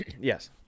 Yes